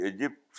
Egypt